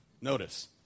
Notice